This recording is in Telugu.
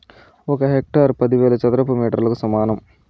ఒక హెక్టారు పదివేల చదరపు మీటర్లకు సమానం